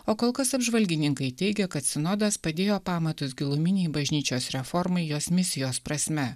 o kol kas apžvalgininkai teigia kad sinodas padėjo pamatus giluminei bažnyčios reformai jos misijos prasme